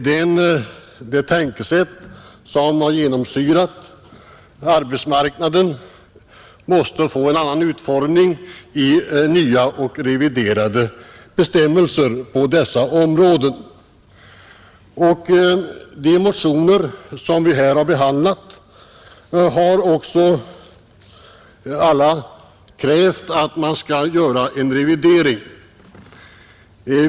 Det tänkesätt som har genomsyrat arbetsmarknaden måste få en annan utformning i nya och reviderade bestämmelser på detta område. De motioner som vi här behandlar har också alla krävt att man skall göra en revidering.